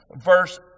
Verse